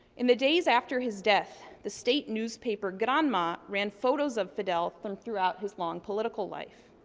in the days after his death, the state newspaper granma ran photos of fidel from throughout his long political life.